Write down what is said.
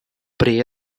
при